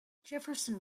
jefferson